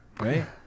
right